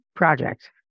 Project